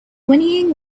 whinnying